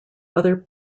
other